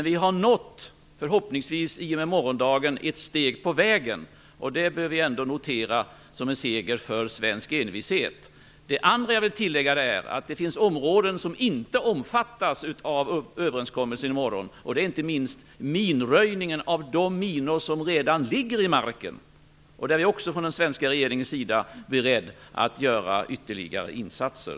Vi har, förhoppningsvis i och med morgondagen, nått ett steg på vägen. Det bör ändå noteras som en seger för svensk envishet. Det andra som jag vill tillägga är att det finns områden som inte omfattas av överenskommelsen i morgon. Det gäller inte minst minröjningen av de minor som redan ligger i marken. Här är vi också från den svenska regeringens sida beredda att göra ytterligare insatser.